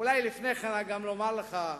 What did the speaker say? אולי לפני כן גם לומר לך,